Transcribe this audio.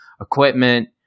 equipment